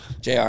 JR